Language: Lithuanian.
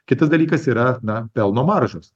kitas dalykas yra na pelno maržos